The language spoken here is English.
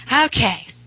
Okay